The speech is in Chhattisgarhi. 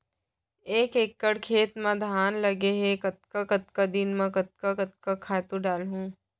एक एकड़ खेत म धान लगे हे कतका कतका दिन म कतका कतका खातू डालहुँ?